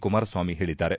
ಕುಮಾರಸ್ವಾಮಿ ಹೇಳಿದ್ದಾರೆ